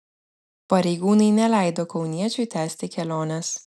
pareigūnai neleido kauniečiui tęsti kelionės